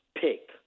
pick